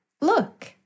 look